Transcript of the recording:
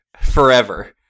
forever